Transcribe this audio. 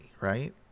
right